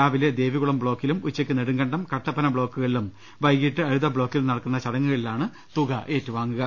രാവിലെ ദേവിക്കുളം ബ്ലോക്കിലും ഉച്ചക്ക് നെടുങ്കണ്ടം കട്ടപ്പന ബ്ലോക്കുകളിലും വൈകിട്ട് അഴുത ബ്ലോക്കിലും നടക്കുന്ന ചടങ്ങുകളിലാണ് ൃതുക ഏറ്റുവാങ്ങുക